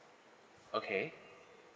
okay